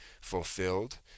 fulfilled